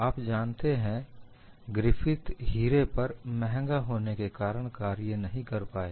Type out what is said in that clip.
आप जानते हैं ग्रिफिथ हीरे पर महंगा होने के कारण कार्य नहीं कर पाए